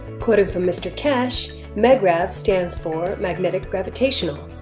quoting from mr keshe, magrav stands for magnetic-gravitational,